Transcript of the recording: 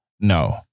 No